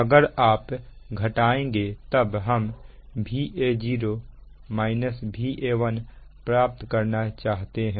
अगर आप घटाएंगे तब हम Va0 Va1 प्राप्त करना चाहते हैं